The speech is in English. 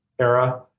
era